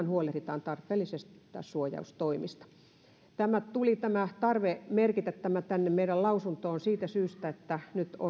huolehditaan tarpeellisista suojaustoimista tämä tarve merkitä tämä tänne meidän lausuntoomme tuli siitä syystä että nyt on ja